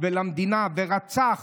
ואנחנו רואים שכמו ההורה,